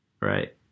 right